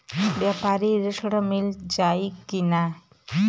व्यापारी ऋण मिल जाई कि ना?